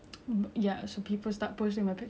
and say about like how I act